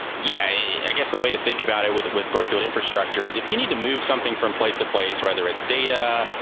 yeah the way to think about it with with brookfield infrastructure is, if you need to move something from place to place, whether it's data,